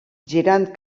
girant